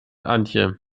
antje